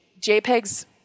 JPEGs